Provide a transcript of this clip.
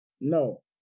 No